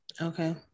Okay